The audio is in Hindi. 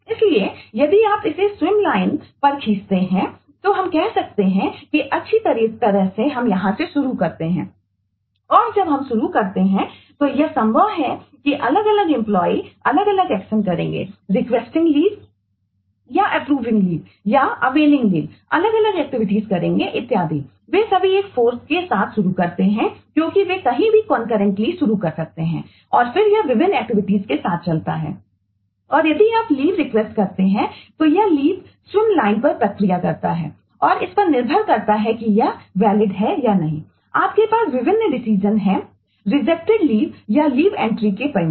इसलिए यदि आप इसे इस स्विम लाइनके परिणाम